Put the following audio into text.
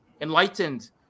enlightened